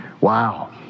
Wow